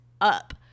up